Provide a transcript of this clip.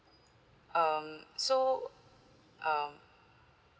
um so um